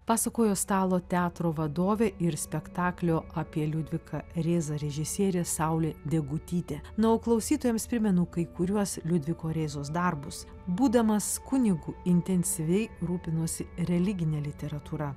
pasakojo stalo teatro vadovė ir spektaklio apie liudviką rėzą režisierė saulė degutytė na o klausytojams primenu kai kuriuos liudviko rėzos darbus būdamas kunigu intensyviai rūpinosi religine literatūra